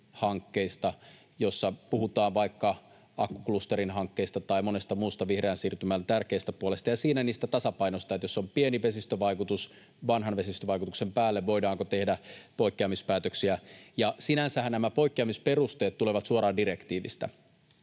joissa puhutaan vaikka akkuklusterin hankkeista tai monesta muusta vihreän siirtymän tärkeästä puolesta ja siitä tasapainosta, että jos on pieni vesistövaikutus vanhan vesistövaikutuksen päälle, niin voidaanko tehdä poikkeamispäätöksiä. Sinänsähän nämä poikkeamisperusteet tulevat suoraan direktiivistä,